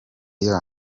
year